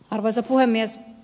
arvoisa puhemies